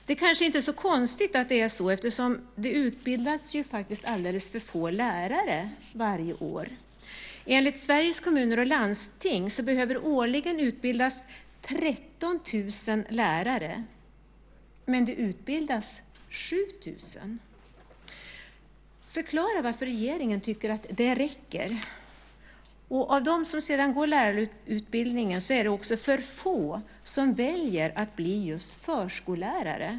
Det kanske inte är så konstigt att det är så här eftersom det ju utbildas alldeles för få lärare varje år. Enligt Sveriges Kommuner och Landsting behöver det årligen utbildas 13 000 lärare, men det utbildas 7 000. Förklara varför regeringen tycker att det räcker! Av dem som går lärarutbildningen är det också för få som väljer att bli förskollärare.